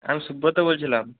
আমি সুব্রত বলছিলাম